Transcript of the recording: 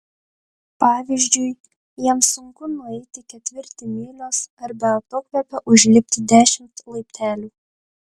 pavyzdžiui jiems sunku nueiti ketvirtį mylios ar be atokvėpio užlipti dešimt laiptelių